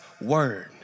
word